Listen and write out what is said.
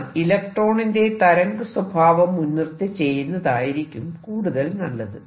എന്നാൽ ഇലക്ട്രോണിന്റെ തരംഗ സ്വഭാവം മുൻനിർത്തി ചെയ്യുന്നതായിരിക്കും കൂടുതൽ നല്ലത്